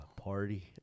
party